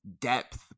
depth